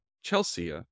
Chelsea